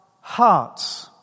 hearts